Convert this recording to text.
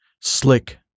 Slick